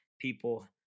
people